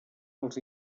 els